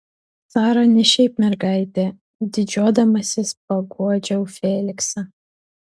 sara ne šiaip mergaitė didžiuodamasis paguodžiau feliksą